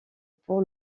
pour